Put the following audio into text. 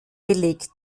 beleg